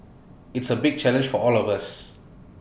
it's A big challenge for all of us